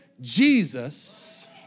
Jesus